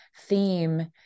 theme